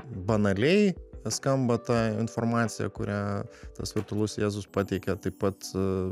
banaliai skamba ta informacija kurią tas virtualus jėzus pateikia taip pat